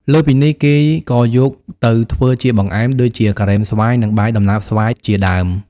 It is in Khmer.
លើសពីនេះ គេក៏យកទៅធ្វើជាបង្អែម ដូចជា ការ៉េមស្វាយ និង បាយដំណើបស្វាយ ជាដើម។